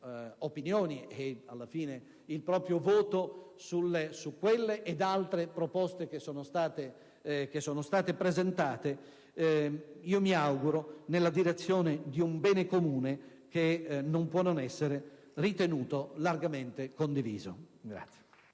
opinioni e il proprio voto su quelle e su altre proposte che sono state presentate, io mi auguro nella direzione di un bene comune che non può non essere ritenuto largamente condiviso.